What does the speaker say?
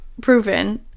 proven